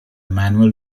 manual